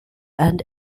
and